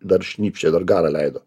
dar šnypščia dar garą leido